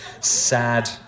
Sad